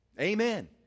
Amen